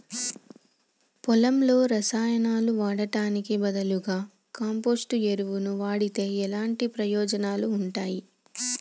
పొలంలో రసాయనాలు వాడటానికి బదులుగా కంపోస్ట్ ఎరువును వాడితే ఎలాంటి ప్రయోజనాలు ఉంటాయి?